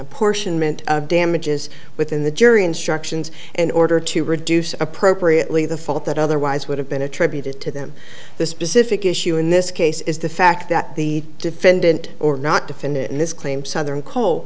pportionment of damages within the jury instructions an order to reduce appropriately the fault that otherwise would have been attributed to them the specific issue in this case is the fact that the defendant or not defend it in this claim southern coal